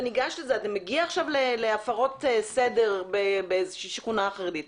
אתה מגיע להפרות סדר בשכונה חרדית,